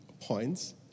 points